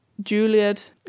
Juliet